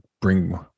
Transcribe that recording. bring